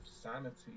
sanity